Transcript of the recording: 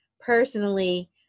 personally